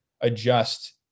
adjust